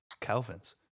Calvin's